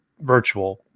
virtual